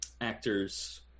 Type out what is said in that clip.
actors